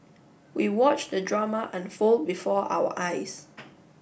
we watched the drama unfold before our eyes